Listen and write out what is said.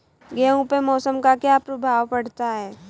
गेहूँ पे मौसम का क्या प्रभाव पड़ता है?